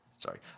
Sorry